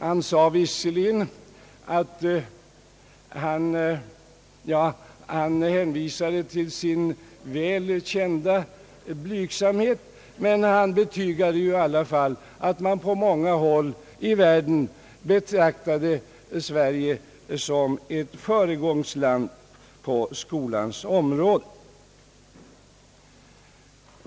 Han hänvisade till sin väl kända blygsamhet, men betygade i alla fall att man på många håll i världen betraktade Sverige som ett föregångsland på skolans område.